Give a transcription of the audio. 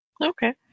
Okay